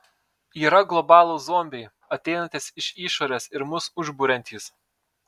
yra globalūs zombiai ateinantys iš išorės ir mus užburiantys